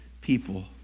people